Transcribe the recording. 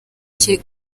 cye